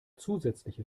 zusätzliche